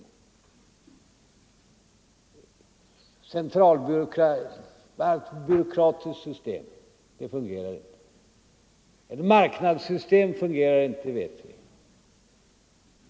Ett centralbyråkratiskt system fungerar inte. Ett marknadssystem fungerar inte, det vet vi.